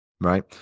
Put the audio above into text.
right